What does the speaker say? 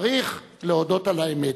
צריך להודות על האמת: